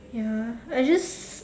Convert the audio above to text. ya I just